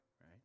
right